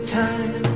time